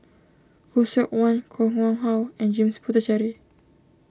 Khoo Seok Wan Koh Nguang How and James Puthucheary